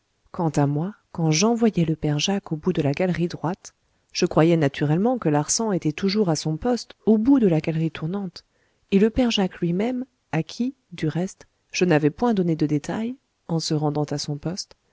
quant à moi quand j'envoyai le père jacques au bout de la galerie droite je croyais naturellement que larsan était toujours à son poste au bout de la galerie tournante et le père jacques lui-même à qui du reste je n'avais point donné de détails en se rendant à son poste